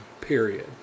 period